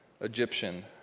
Egyptian